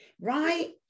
right